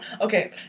Okay